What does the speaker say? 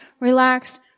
relax